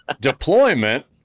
Deployment